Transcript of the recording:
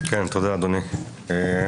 בבקשה,